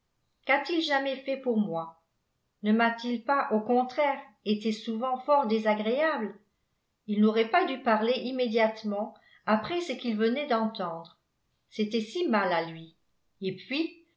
qu'a-t-il jamais fait pour moi ne m'a-t-il pas au contraire été souvent fort désagréable il n'aurait pas dû parler immédiatement après ce qu'il venait d'entendre c'était si mal à lui et puis